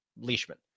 Leishman